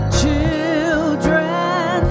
children